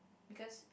because